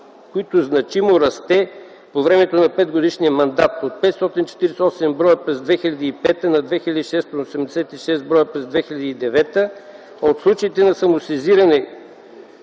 който значимо расте по времето на петгодишния мандат - от 548 броя през 2005 г. на 2686 броя през 2009 г., от случаите на самосезиране,